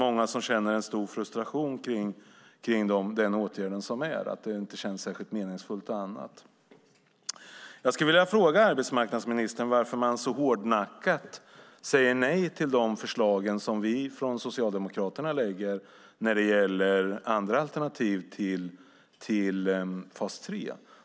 Många känner en stor frustration kring den åtgärd som är, att den inte känns särskilt meningsfull. Jag skulle vilja fråga arbetsmarknadsministern varför man så hårdnackat säger nej till de förslag som vi från Socialdemokraterna lägger fram när det gäller alternativ till fas 3.